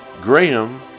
Graham